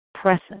present